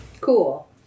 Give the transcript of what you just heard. Cool